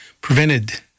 prevented